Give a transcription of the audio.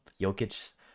Jokic